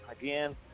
again